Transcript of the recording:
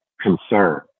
concern